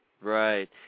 Right